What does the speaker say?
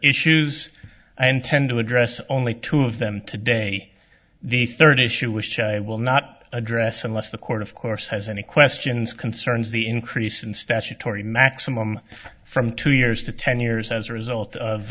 issues i intend to address only two of them today the third issue which i will not address unless the court of course has any questions concerns the increase in statutory maximum from two years to ten years as a result of